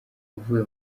uvuye